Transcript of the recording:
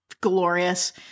glorious